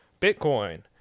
bitcoin